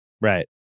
Right